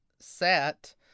set